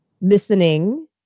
listening